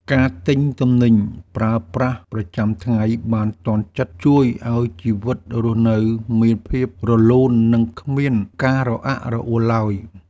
ការទិញទំនិញប្រើប្រាស់ប្រចាំថ្ងៃបានទាន់ចិត្តជួយឱ្យជីវិតរស់នៅមានភាពរលូននិងគ្មានការរអាក់រអួលឡើយ។